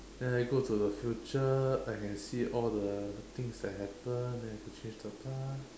then I go to the future I can see all the things that happen and I could change the past